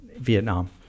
Vietnam